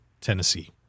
Tennessee